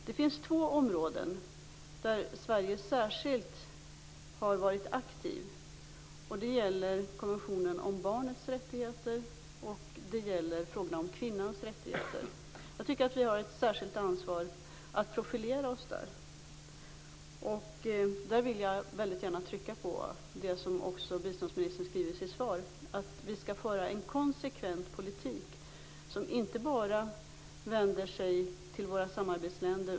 Det finns särskilt två områden där Sverige har varit aktivt. Det gäller konventionen om barnets rättigheter och frågorna om kvinnans rättigheter. Jag tycker att vi har ett särskilt ansvar att profilera oss där. Jag vill väldigt gärna trycka på det som biståndsministern säger i sitt svar, dvs. att vi skall föra en konsekvent politik som inte bara vänder sig till våra samarbetsländer.